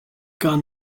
gan